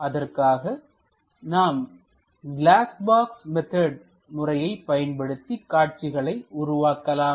அதற்காக நாம் glass box method முறையை பயன்படுத்தி காட்சிகளை உருவாக்கலாம்